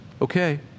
Okay